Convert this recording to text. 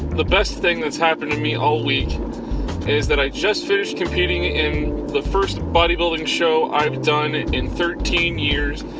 the best thing that's happened to me all week is that i just finished competing in the first bodybuilding show i've done in thirteen years.